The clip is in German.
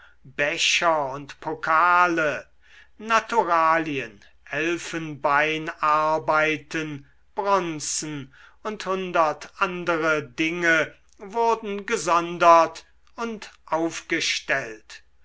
becher und pokale naturalien elfenbeinarbeiten bronzen und hundert andere dinge wurden gesondert und aufgestellt